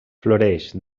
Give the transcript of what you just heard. floreix